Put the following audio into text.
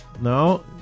No